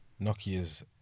Nokia's